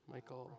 Michael